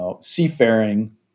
Seafaring